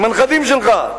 עם הנכדים שלך.